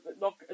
look